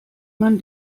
man